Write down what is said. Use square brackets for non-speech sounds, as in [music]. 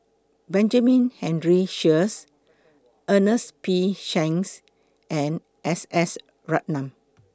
Benjamin Henry Sheares [noise] Ernest P Shanks and S S Ratnam